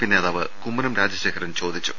P നേതാവ് കുമ്മനം രാജശേഖരൻ ചോദിച്ചു